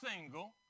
single